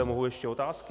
Mohu ještě otázky?